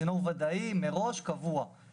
צינור ודאי, קבוע, מראש.